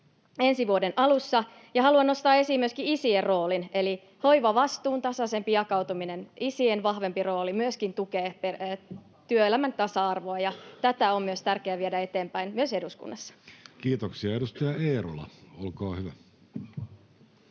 ensi vuoden alussa. Haluan nostaa esiin myöskin isien roolin, eli hoivavastuun tasaisempi jakautuminen, isien vahvempi rooli, myöskin tukee työelämän tasa-arvoa, ja tätä on tärkeää viedä eteenpäin myös eduskunnassa. [Speech 60] Speaker: Jussi